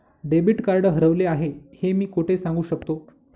Debit card हरवले आहे हे मी कोठे सांगू शकतो?